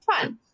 fun